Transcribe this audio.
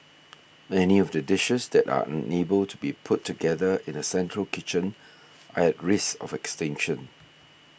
any of the dishes that are unable to be put together in a central kitchen are at risk of extinction